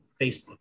Facebook